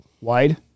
wide